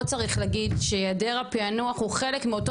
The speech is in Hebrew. פה צריך להגיד שהיעדר הפיענוח הוא חלק מאותו